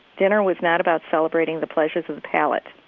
dinner was not about celebrating the pleasures of palate.